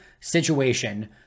situation